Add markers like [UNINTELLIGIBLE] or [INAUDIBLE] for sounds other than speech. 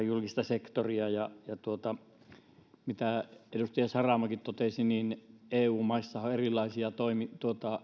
[UNINTELLIGIBLE] julkista sektoria mitä edustaja saramokin totesi niin eu maissahan on erilaisia